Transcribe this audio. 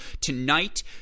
tonight